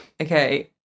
Okay